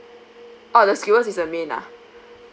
oh the skewers is the main ah